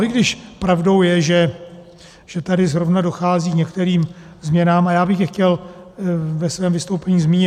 I když pravdou je, že tady zrovna dochází k některým změnám, a já bych je chtěl ve svém vystoupení zmínit.